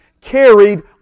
carried